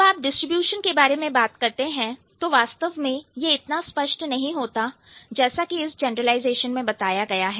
जब आप डिस्ट्रीब्यूशन के बारे में बात करते हैं तो वास्तव में यह इतना स्पष्ट नहीं होता जैसा कि इस जनरलाइजेशन में बताया गया है